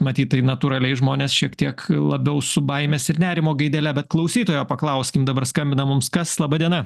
matyt tai natūraliai žmonės šiek tiek labiau su baimės ir nerimo gaidele bet klausytojo paklauskim dabar skambina mums kas laba diena